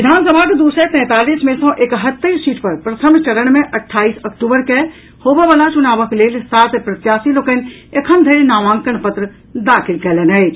विधानसभाक दू सय तैंतालीस मे सँ एकहत्तरि सीट पर प्रथम चरण मे अट्ठाईस अक्टूबर के होबयवला चुनावक लेल सात प्रत्याशी लोकनि एखन धरि नामांकन पत्र दाखिल कयलनि अछि